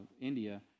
India